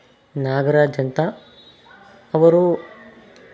ನಾಗರಾಜ್ ಅಂತ ಅವರು